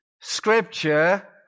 Scripture